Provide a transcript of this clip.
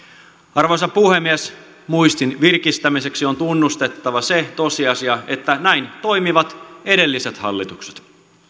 arvoisa puhemies muistin virkistämiseksi on tunnustettava se tosiasia että näin toimivat edelliset hallitukset